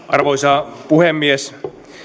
arvoisa puhemies